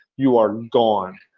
you are gone.